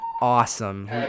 awesome